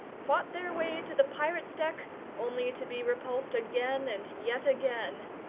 fought their way to the pirates' deck only to be repulsed again and yet again,